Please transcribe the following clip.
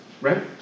Right